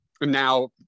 Now